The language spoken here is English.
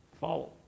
follow